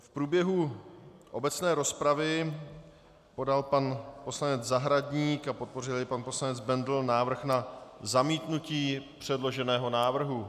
V průběhu obecné rozpravy podal pan poslanec Zahradník, a podpořil jej pan poslanec Bendl, návrh na zamítnutí předloženého návrhu.